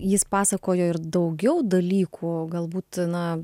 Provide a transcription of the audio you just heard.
jis pasakojo ir daugiau dalykų galbūt na